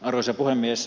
arvoisa puhemies